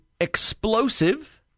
explosive